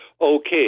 okay